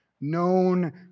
known